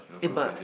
eh but